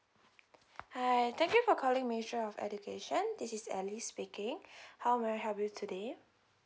hi thank you for calling ministry of education this is alice speaking how may I help you today